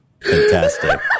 Fantastic